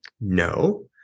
No